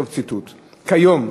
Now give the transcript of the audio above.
כיום,